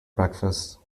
breakfast